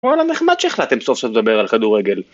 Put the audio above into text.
וואלה נחמד שהחלטתם בסוף לדבר על כדורגל.